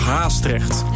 Haastrecht